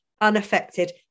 unaffected